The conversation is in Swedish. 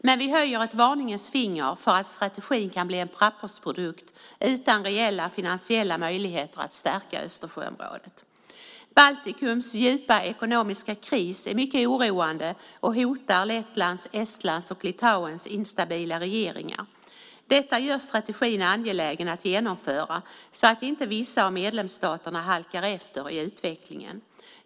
Men vi höjer ett varningens finger för att strategin kan bli en pappersprodukt utan reella finansiella möjligheter att stärka Östersjöområdet. Baltikums djupa ekonomiska kris är mycket oroande och hotar Lettlands, Estlands och Litauens instabila regeringar. Detta gör strategin angelägen att genomföra så att inte vissa av medlemsstaterna halkar efter i utvecklingen.